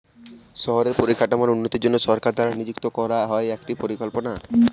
শহরের পরিকাঠামোর উন্নতির জন্য সরকার দ্বারা নিযুক্ত করা হয় একটি পরিকল্পনা